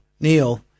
Neil